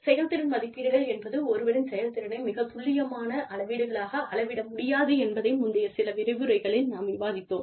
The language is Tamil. செயல்திறன் மதிப்பீடுகள் என்பது ஒருவரின் செயல்திறனை மிகத் துல்லியமான அளவீடுகளாக அளவிட முடியாது என்பதை முந்தைய சில விரிவுரைகளில் நாம் விவாதித்தோம்